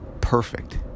perfect